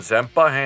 Zampa